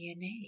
DNA